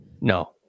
No